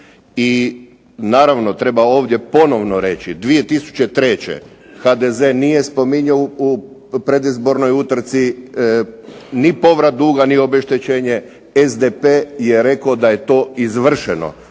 I naravno treba ovdje ponovno reći, 2003. HDZ nije spominjao u predizbornoj utrci ni povrat duga, ni obeštećenje, SDP je rekao da je to izvršeno.